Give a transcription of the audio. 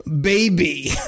baby